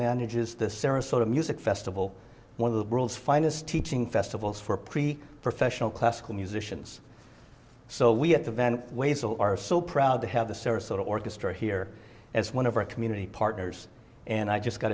manages the sarasota music festival one of the world's finest teaching festivals for pre professional classical musicians so we have the band ways that are so proud to have the sarasota orchestra here as one of our community partners and i just got